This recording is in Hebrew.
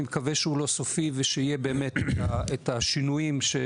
אני מקווה שהוא לא סופי ויהיו בו שינויים של